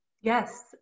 Yes